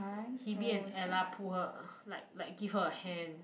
hebe and ella pull her like like give her a hand